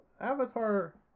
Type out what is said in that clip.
Avatar